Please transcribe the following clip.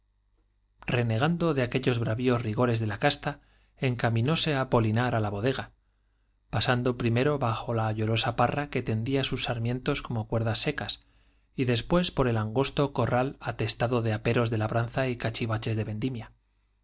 renegando de aquellos bravíos rigores de la casta encaminó se apolinar á la bodega pasando primero bajo la llorosa parra que tendía sus sarmientos como cuerdas secas y después por el angosto corral ates tado de aperos de labranza y cachivaches de vendimia